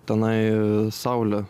tenai saulė